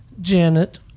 Janet